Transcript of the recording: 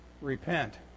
repent